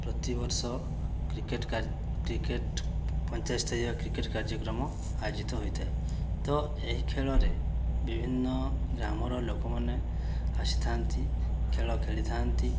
ପ୍ରତିବର୍ଷ cricket cricket panchayat ସ୍ତରୀୟ cricket କାର୍ଯ୍ୟକ୍ରମ ଆୟୋଜିତ ହୋଇଥାଏ ତ ଏହି ଖେଳରେ ବିଭିନ୍ନ ଗ୍ରାମର ଲୋକମାନେ ଆସିଥାନ୍ତି ଖେଳ ଖେଳିଥାନ୍ତି